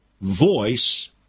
voice